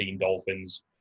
Dolphins